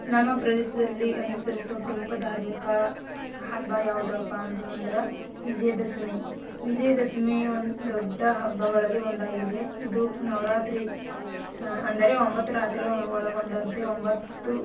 ನಮ್ಮ ಪ್ರದೇಶದಲ್ಲಿ ಅನುಸರಿಸುವ ಪ್ರಮುಖ ಧಾರ್ಮಿಕ ಹಬ್ಬ ಯಾವುದಪ್ಪ ಅಂತಂತಂದ್ರೆ ವಿಜಯ ದಶಮಿ ವಿಜಯ ದಶಮಿ ಒಂದು ದೊಡ್ಡ ಹಬ್ಬಗಳಲ್ಲಿ ಒಂದಾಗಿದೆ ಇದು ನವರಾತ್ರಿ ಎಂದರೆ ಒಂಬತ್ತು ರಾತ್ರಿಗಳು ಒಳಗೊಂಡಂತೆ ಒಂಬತ್ತು